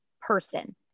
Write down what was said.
person